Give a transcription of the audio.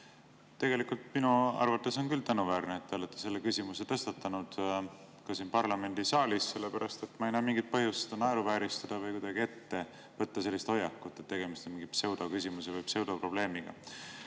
ettekandja! Minu arvates on küll tänuväärne, et te olete selle küsimuse tõstatanud ka siin parlamendisaalis, sellepärast et ma ei näe mingit põhjust seda naeruvääristada või kuidagi võtta sellist hoiakut, et tegemist on mingi pseudoküsimuse või pseudoprobleemiga.